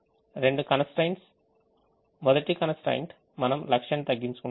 రెండు constraints మొదటి constraint మనం లక్ష్యాన్ని తగ్గించుకుంటాము